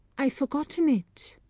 i've forgotten it.